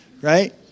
right